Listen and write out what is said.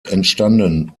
entstanden